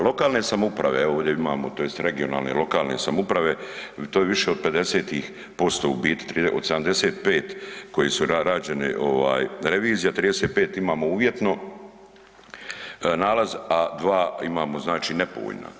Lokalne samouprave, evo ovdje imamo tj. regionalne lokalne samouprave, to je više od 50% u biti od 75 koje su rađene ovaj revizija, 35 imamo uvjetno nalaz, a 2 imamo znači nepovoljna.